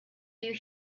you